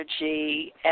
energy